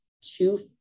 two